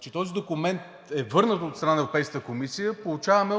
че този документ е върнат от страна на Европейската комисия, получаваме